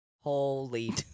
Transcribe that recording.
Holy